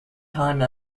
time